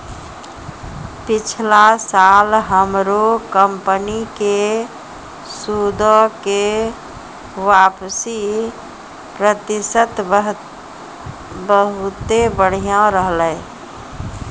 पिछला साल हमरो कंपनी के सूदो के वापसी प्रतिशत बहुते बढ़िया रहलै